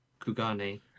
Kugane